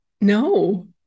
no